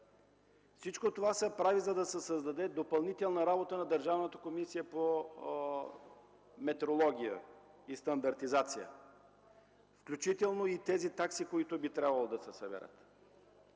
Всичко това се прави, за да се създаде допълнителна работа на Държавната комисия по метрология и стандартизация, включително и таксите, които би трябвало да се съберат.